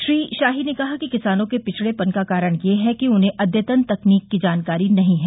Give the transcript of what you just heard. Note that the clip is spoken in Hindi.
श्री शाही ने कहा कि किसानों के पिछड़ेपन का कारण यह है कि उन्हें अद्यतन तकनीक की जानकारी नहीं है